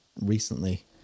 recently